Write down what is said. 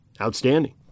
outstanding